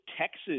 Texas